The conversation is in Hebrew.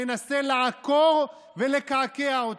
הוא מנסה לעקור ולקעקע אותו.